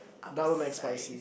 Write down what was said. double mcspicy